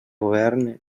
govern